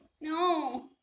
no